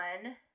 one